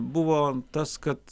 buvo tas kad